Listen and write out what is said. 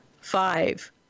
five